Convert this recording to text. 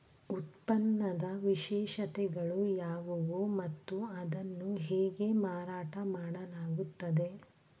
ಉತ್ಪನ್ನದ ವಿಶೇಷತೆಗಳು ಯಾವುವು ಮತ್ತು ಅದನ್ನು ಹೇಗೆ ಮಾರಾಟ ಮಾಡಲಾಗುತ್ತದೆ?